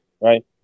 Right